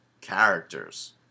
characters